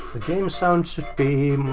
the game sounds should be